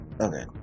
Okay